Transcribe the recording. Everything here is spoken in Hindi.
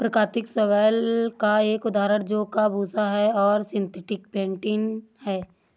प्राकृतिक शैवाल का एक उदाहरण जौ का भूसा है और सिंथेटिक फेंटिन है